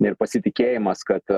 ir pasitikėjimas kad